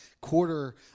Quarter